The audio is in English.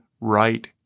right